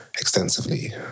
extensively